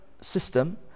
system